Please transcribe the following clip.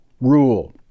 rule